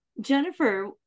Jennifer